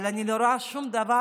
אבל אני לא רואה שום דבר,